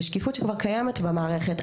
ושקיפות שכבר קיימת במערכת,